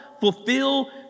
fulfill